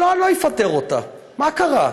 לא, אני לא אפטר אותה, מה קרה?